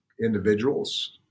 individuals